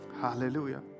hallelujah